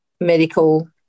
medical